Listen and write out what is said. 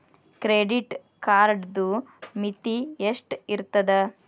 Credit ಕಾರ್ಡದು ಮಿತಿ ಎಷ್ಟ ಇರ್ತದ?